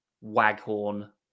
Waghorn